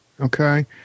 okay